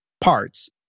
parts